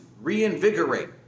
reinvigorate